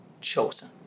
chosen